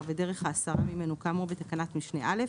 ודרך ההסרה ממנו כאמור בתקנת משנה (א),